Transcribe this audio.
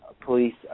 police